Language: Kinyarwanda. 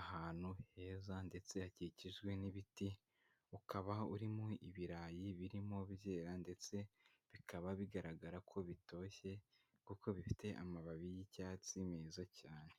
ahantu heza ndetse hakikijwe n'ibiti, ukaba urimo ibirayi birimo byera ndetse bikaba bigaragara ko bitoshye kuko bifite amababi y'icyatsi meza cyane.